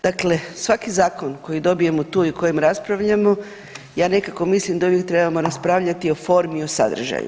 Dakle, svaki zakon koji dobijemo tu i o kojem raspravljamo ja nekako mislim da uvijek trebamo raspravljati o formi, o sadržaju.